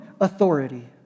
authority